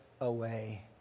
away